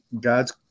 God's